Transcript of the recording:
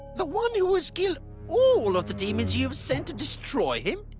the one who has killed all of the demons you have sent to destroy him?